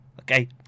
Okay